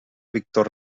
víctor